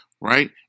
right